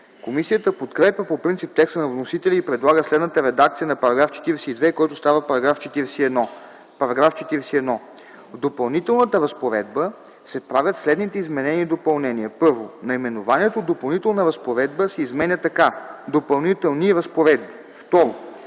Комисията подкрепя по принцип текста на вносителя и предлага следната редакция на § 42, който става § 41: „§ 41. В Допълнителната разпоредба се правят следните изменения и допълнения: 1. Наименованието „Допълнителна разпоредба” се изменя така: „Допълнителни разпоредби”. 2.